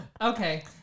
Okay